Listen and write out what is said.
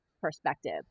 perspective